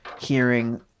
hearing